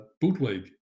Bootleg